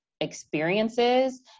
Experiences